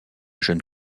jeune